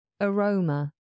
Aroma